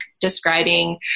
describing